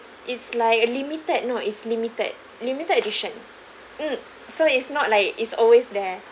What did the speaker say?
it's like a limited no it's limited limited edition mm so is not like is always there